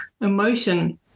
emotion